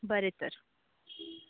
बरें तर